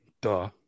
Duh